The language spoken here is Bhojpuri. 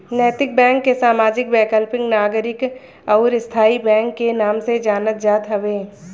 नैतिक बैंक के सामाजिक, वैकल्पिक, नागरिक अउरी स्थाई बैंक के नाम से जानल जात हवे